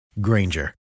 Granger